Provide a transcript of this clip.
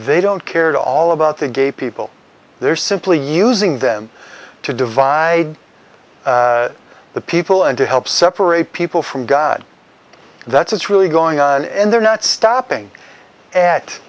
they don't care at all about the gay people they're simply using them to divide the people and to help separate people from god that's really going on and they're not stopping